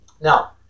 Now